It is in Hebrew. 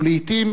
ולעתים,